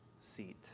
seat